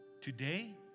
Today